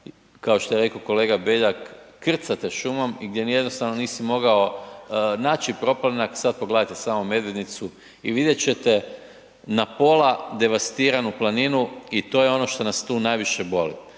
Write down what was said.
kao što je rekao kolega Beljak, krcate šumom i gdje jednostavno nisi mogao naći proplanak a sad pogledajte samo Medvednicu i vidjet ćete n pola devastiranu planinu i to je ono što nas tu najviše boli.